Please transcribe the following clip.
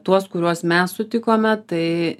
tuos kuriuos mes sutikome tai